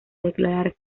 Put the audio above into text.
declarar